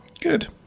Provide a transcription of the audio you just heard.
Good